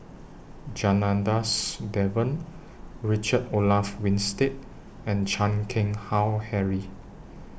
Janadas Devan Richard Olaf Winstedt and Chan Keng Howe Harry